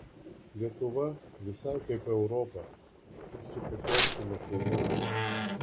lietuva visai kaip europa tik su potiomkino kaimais